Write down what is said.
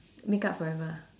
makeup forever